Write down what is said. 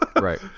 Right